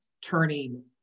turning